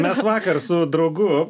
mes vakar su draugu